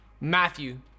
matthew